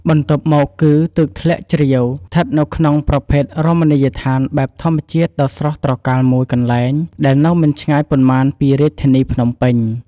បន្ទាប់មកគឺ ទឹកធ្លាក់ជ្រាវស្ថិតនៅក្នុងប្រភេទរមណីយដ្ឋាន បែបធម្មជាតិដ៏ស្រស់ត្រកាលមួយកន្លែងដែលនៅមិនឆ្ងាយប៉ុន្មានពីរាជធានីភ្នំពេញ។